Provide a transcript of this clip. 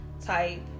type